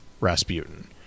Rasputin